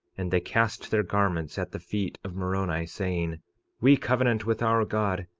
and they cast their garments at the feet of moroni, saying we covenant with our god,